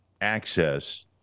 access